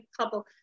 couple